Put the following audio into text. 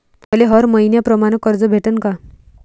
मले हर मईन्याप्रमाणं कर्ज भेटन का?